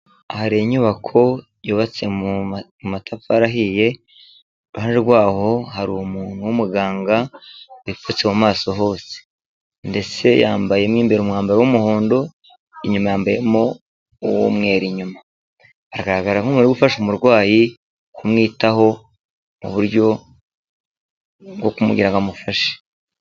Aha hari inyubako yubatse mu matafari ahiye iruhande rwaho hari umuntu w'umuganga yipfutse mu maso hose ndetse yambaye umwambaro w'umuhondo inyuma yambayemo uwo mweru inyuma agaragara nk'umwe yo gu ufasha umurwayi kumwitaho mu buryo bwo kumubwira ngo amufashe.